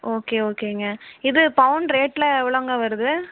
okay ஓகேங்க இது பவுன் ரேட்டெலாம் எவ்வளோங்க வருது